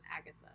Agatha